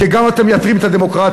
כי גם אתם מייתרים את הדמוקרטיה.